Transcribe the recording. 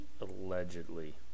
Allegedly